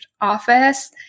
Office